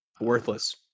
worthless